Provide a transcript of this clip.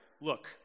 Look